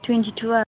टुइन्टिथुआव